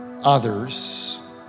others